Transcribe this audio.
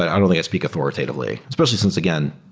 i don't think i speak authoritatively, especially since, again,